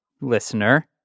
listener